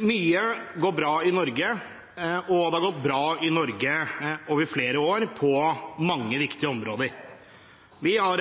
Mye går bra i Norge. Det har over flere år gått bra i Norge på mange viktige områder. Vi har